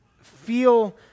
feel